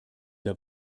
der